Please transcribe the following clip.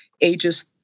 ages